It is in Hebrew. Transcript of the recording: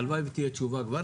הלוואי ותהיה תשובה כבר.